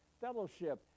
fellowship